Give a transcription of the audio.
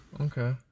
Okay